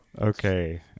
Okay